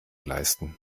leisten